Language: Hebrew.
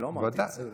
אני לא אמרתי את זה.